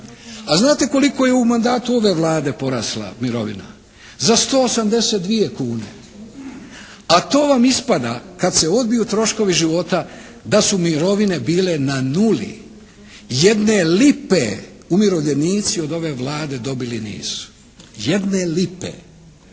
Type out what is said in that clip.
A znate li koliko je u mandatu ove Vlade porasla mirovina, za 182 kune, a to vam ispada kada se odbiju troškovi života da su mirovine bile na nuli, jedne lipe umirovljenici od ove Vlade dobili nisu. Jedne lipe!